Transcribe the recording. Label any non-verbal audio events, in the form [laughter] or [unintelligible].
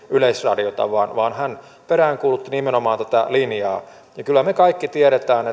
yleisradiota vaan vaan hän peräänkuulutti nimenomaan tätä linjaa kyllä me kaikki tiedämme [unintelligible]